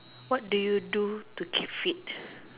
what do you do to keep fit